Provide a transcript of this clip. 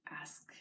ask